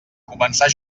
començar